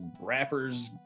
rappers